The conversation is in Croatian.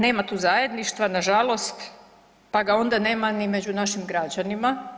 Nema tu zajedništva na žalost, pa ga onda nema ni među našim građanima.